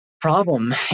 problem